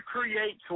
Create